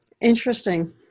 Interesting